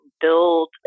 build